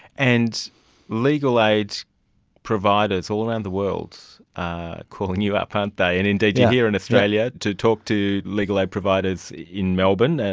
and legal aid providers all around the world are calling you up, aren't they, and indeed you are here in australia to talk to legal aid providers in melbourne, and